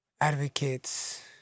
advocates